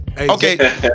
Okay